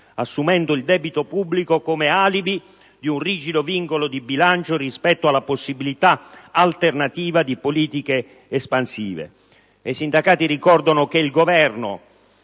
assumendo il debito pubblico come alibi di un rigido vincolo di bilancio rispetto alla possibilità alternativa di politiche espansive. I sindacati ricordano che il Governo,